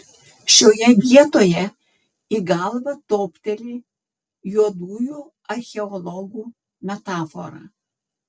šioje vietoje į galvą topteli juodųjų archeologų metafora